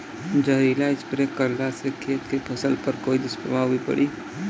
जहरीला स्प्रे करला से खेत के फसल पर कोई दुष्प्रभाव भी पड़ी?